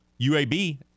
UAB